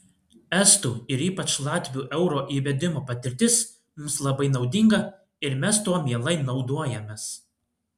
estų ir ypač latvių euro įvedimo patirtis mums labai naudinga ir mes tuo mielai naudojamės